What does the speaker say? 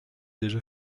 déjà